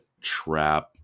trap